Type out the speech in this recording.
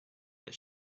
that